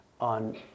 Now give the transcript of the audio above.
on